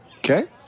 Okay